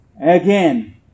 again